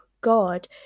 god